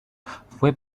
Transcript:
fue